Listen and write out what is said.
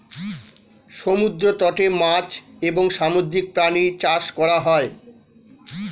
সমুদ্র তটে মাছ এবং সামুদ্রিক প্রাণী চাষ করা হয়